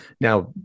Now